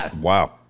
Wow